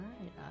right